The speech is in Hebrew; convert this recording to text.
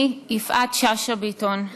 אני, יפעת שאשא ביטון,